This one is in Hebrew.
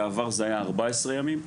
בעבר זה היה 14 ימים.